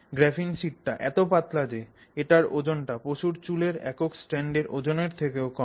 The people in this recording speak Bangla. গ্রাফিন শিটটা এতো পাতলা যে এটার ওজন টা পশুর চুলের একক স্ট্র্যান্ডের ওজনের থেকে কম